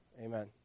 Amen